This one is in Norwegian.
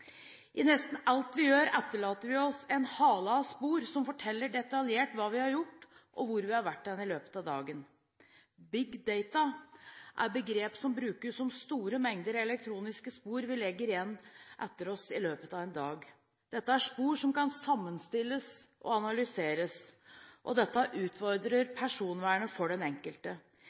I nesten alt vi gjør, etterlater vi oss en hale av spor som forteller detaljert hva vi har gjort, og hvor vi har vært i løpet i av dagen. «Big data» er et begrep som brukes om store mengder elektroniske spor som vi legger igjen etter oss i løpet av en dag. Dette er spor som kan sammenstilles og analyseres. Dette utfordrer personvernet for den enkelte.